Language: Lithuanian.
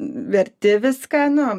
verti viską nu